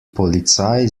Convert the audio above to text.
polizei